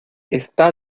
está